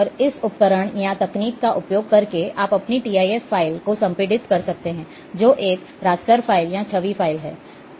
और इस उपकरण या तकनीक का उपयोग करके आप अपनी TIF फ़ाइल को संपीड़ित कर सकते हैं जो एक रास्टर फ़ाइल या छवि फ़ाइल है